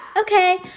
okay